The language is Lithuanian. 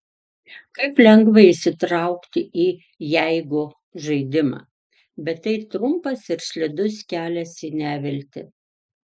kaip lengva įsitraukti į jeigu žaidimą bet tai trumpas ir slidus kelias į neviltį